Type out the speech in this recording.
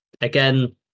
Again